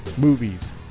movies